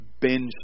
binge